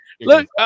Look